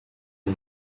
uma